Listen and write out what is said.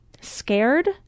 scared